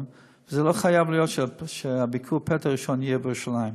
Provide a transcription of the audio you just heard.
לא חייב להיות שביקור הפתע הראשון יהיה בירושלים.